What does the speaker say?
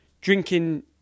drinking